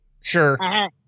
sure